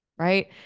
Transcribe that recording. right